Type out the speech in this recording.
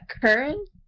current